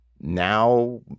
Now